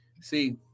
see